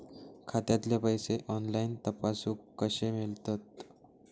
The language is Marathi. खात्यातले पैसे ऑनलाइन तपासुक कशे मेलतत?